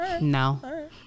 No